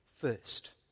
first